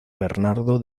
bernardo